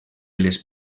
les